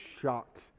shocked